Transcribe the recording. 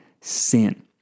sin